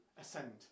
ascend